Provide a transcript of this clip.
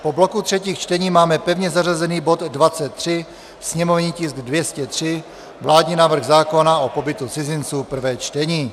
Po bloku třetích čtení máme pevně zařazený bod 23, sněmovní tisk 203, vládní návrh zákona o pobytu cizinců, prvé čtení.